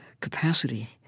capacity